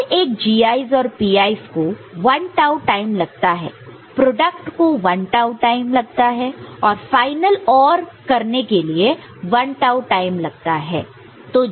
हर एक Gi's और Pi's को 1 टाऊ टाइम लगता है प्रोडक्ट को 1 टाऊ टाइम लगता है और फाइनल OR करने के लिए 1 टाऊ टाइम लगता है